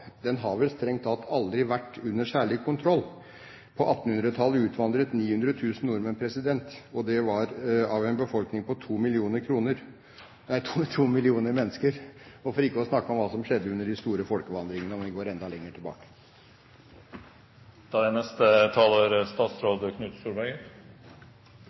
Den har vel strengt tatt aldri vært under særlig kontroll. På 1800-tallet utvandret 900 000 nordmenn av en befolkning på to millioner mennesker, for ikke å snakke om hva som skjedde under de store folkevandringene, om vi går enda lenger